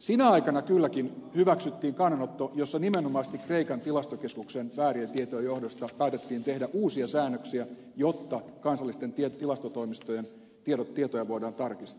sinä aikana kylläkin hyväksyttiin kannanotto jossa nimenomaisesti kreikan tilastokeskuksen väärien tietojen johdosta päätettiin tehdä uusia säännöksiä jotta kansallisten tilastotoimistojen tietoja voidaan tarkistaa